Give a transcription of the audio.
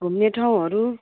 घुम्ने ठाउँहरू